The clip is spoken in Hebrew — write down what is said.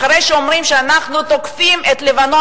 אחרי שאומרים שאנחנו תוקפים את לבנון,